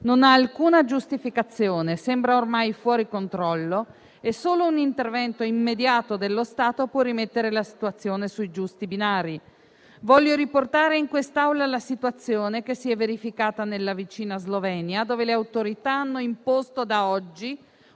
non abbia alcuna giustificazione, sembra ormai fuori controllo e solo un intervento immediato dello Stato può rimettere la situazione sui giusti binari. Voglio riportare in quest'Aula la situazione che si è verificata nella vicina Slovenia, dove le autorità hanno imposto da oggi